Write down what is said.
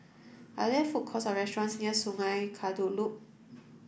are there food courts or restaurants near Sungei Kadut Loop